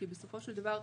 כי בסופו של דבר,